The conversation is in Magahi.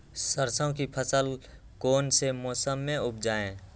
सरसों की फसल कौन से मौसम में उपजाए?